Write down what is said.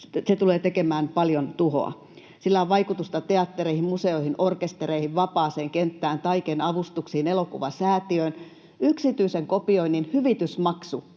se tulee tekemään paljon tuhoa. Sillä on vaikutusta teattereihin, museoihin, orkestereihin, vapaaseen kenttään, Taiken avustuksiin, Elokuvasäätiöön. Yksityisen kopioinnin hyvitysmaksu